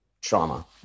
trauma